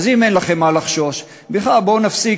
אז אם אין לכם מה לחשוש, בכלל, בואו נפסיק